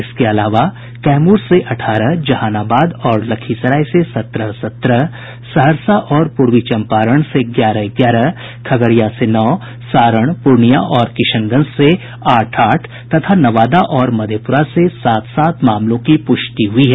इसके अलावा कैमूर से अठारह जहानाबाद और लखीसराय से सत्रह सत्रह सहरसा और पूर्वी चम्पारण से ग्यारह ग्यारह खगड़िया से नौ सारण पूर्णियां और किशनगंज से आठ आठ तथा नवादा और मधेपुरा से सात सात मामलों की पुष्टि हुई है